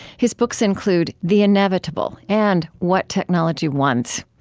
his books include the inevitable and what technology wants.